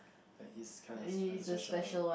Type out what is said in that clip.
like he's kinda like the special one